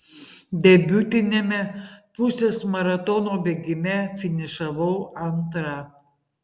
debiutiniame pusės maratono bėgime finišavau antra